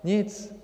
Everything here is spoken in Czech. Nic.